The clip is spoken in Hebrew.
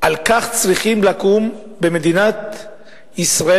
על כך צריכים לקום במדינת ישראל,